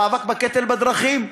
המאבק בקטל בדרכים.